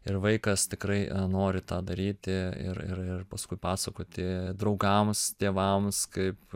ir vaikas tikrai nori tą daryti ir ir ir paskui pasakoti draugams tėvams kaip